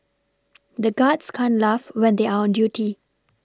the guards can't laugh when they are on duty